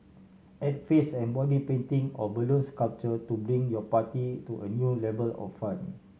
add face and body painting or balloon sculpture to bring your party to a new level of fun